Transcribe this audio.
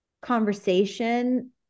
conversation